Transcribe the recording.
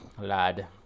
Lad